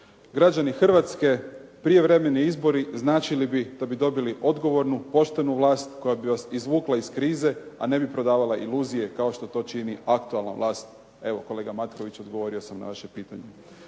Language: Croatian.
Građani Hrvatske prijevremeni izbori značili bi da bi dobili odgovornu, poštenu vlast koja bi vas izvukla iz krize, a ne bi prodavala iluzije kao što to čini aktualna vlast. Evo kolega Matković odgovorio sam na vaše pitanje.